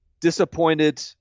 disappointed –